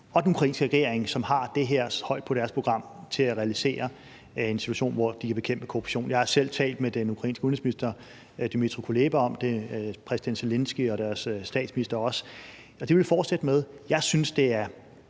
og den ukrainske regering, som har det her højt på deres program, til at realisere en situation, hvor de kan bekæmpe korruption. Jeg har selv talt med den ukrainske udenrigsminister, Dmytro Kuleba, præsident Zelenskyj og også deres statsminister om det. Det vil vi fortsætte med. Jeg synes, det er